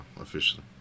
officially